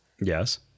Yes